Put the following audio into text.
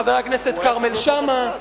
חבר הכנסת כרמל שאמה ואחרים,